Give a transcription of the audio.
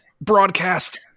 broadcast